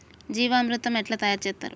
జీవామృతం ఎట్లా తయారు చేత్తరు?